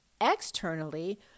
Externally